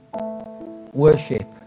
worship